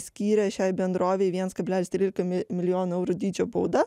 skyrė šiai bendrovei viens kablelis trylika milijonų eurų dydžio baudą